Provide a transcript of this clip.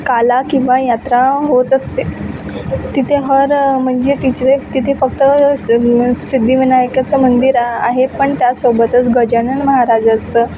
काला किंवा यात्रा होत असते तिथे हर म्हणजे तिथले तिथे फक्त सिद्ध सिद्धिविनायकाचं मंदिर आहे पण त्यासोबतच गजानन महाराजाचं